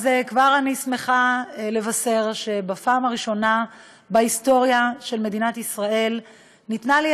כבר אני שמחה לבשר שבפעם הראשונה בהיסטוריה של מדינת ישראל ניתנה לי